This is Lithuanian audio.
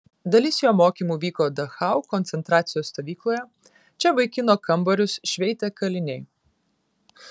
dalis jo mokymų vyko dachau koncentracijos stovykloje čia vaikino kambarius šveitė kaliniai